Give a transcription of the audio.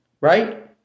right